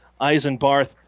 Eisenbarth